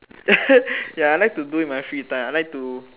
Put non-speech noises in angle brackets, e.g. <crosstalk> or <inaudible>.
<noise> ya I like to do in my free time I like to